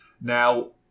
Now